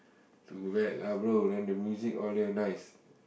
to go back lah bro then the music all there nice